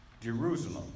Jerusalem